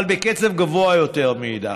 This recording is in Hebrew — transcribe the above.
אבל בקצב גבוה יותר, מאידך.